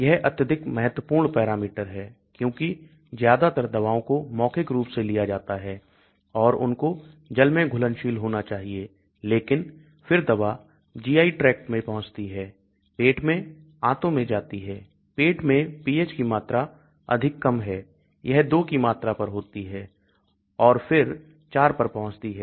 यह अत्यधिक महत्वपूर्ण पैरामीटर है क्योंकि ज्यादातर दवाओं को मौखिक रूप से लिया जाता है और उनको जल में घुलनशील होना चाहिए लेकिन फिर दवा GI tract में पहुंचती है पेट में आंतों में जाती है पेट में pH की मात्रा अधिक कम होती है यह 2 की मात्रा पर होती है और फिर 4 पर पहुंचती है